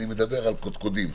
אני מדבר על קודקודים,